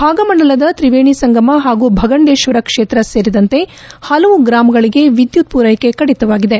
ಭಾಗಮಂಡಲದ ತ್ರಿವೇಣಿ ಸಂಗಮ ಹಾಗೂ ಭಗಂಡೇಶ್ವರ ಕ್ಷೇತ್ರ ಸೇರಿದಂತೆ ಹಲವು ಗ್ರಾಮಗಳಿಗೆ ವಿದ್ಯುತ್ ಪೂರೈಕೆ ಕಡಿತವಾಗಿದೆ